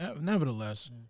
Nevertheless